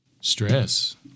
Stress